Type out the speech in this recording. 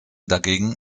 dagegen